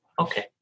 Okay